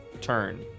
turn